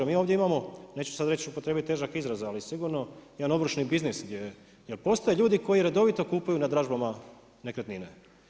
Mi ovdje imamo, neću sada upotrijebiti težak izraz, ali sigurno jedan ovršni biznis jer postoje ljudi koji redovito kupuju na dražbama nekretnine.